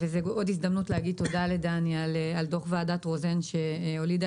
זאת עוד הזדמנות להגיד תודה לדני על דוח ועדת רוזן שהולידה